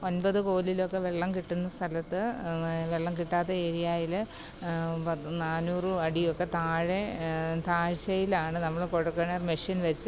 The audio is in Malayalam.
ഒന്പത് കോലിലൊക്കെ വെള്ളം കിട്ടുന്ന സ്ഥലത്ത് വെള്ളം കിട്ടാത്ത ഏരിയായിൽ പത്ത് നാനൂറും അടിയൊക്കെ താഴെ താഴ്ച്ചയിലാണ് നമ്മൾ കുഴല്ക്കിണർ മെഷ്യന് വെച്ച്